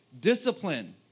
Discipline